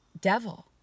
devil